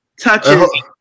touches